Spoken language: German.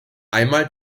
einmal